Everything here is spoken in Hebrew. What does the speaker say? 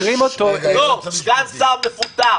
סגן שר מפוטר